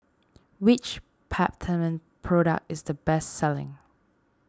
which Peptamen product is the best selling